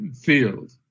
field